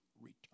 return